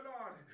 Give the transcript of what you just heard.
Lord